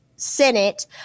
Senate